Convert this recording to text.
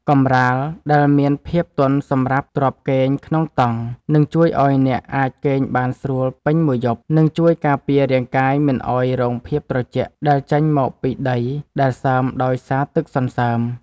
កម្រាលដែលមានភាពទន់សម្រាប់ទ្រាប់គេងក្នុងតង់នឹងជួយឱ្យអ្នកអាចគេងបានស្រួលពេញមួយយប់ និង ជួយការពាររាងកាយមិនឱ្យរងភាពត្រជាក់ដែលចេញមកពីដីដែលសើមដោយសារទឹកសន្សើម។